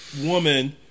woman